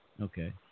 Okay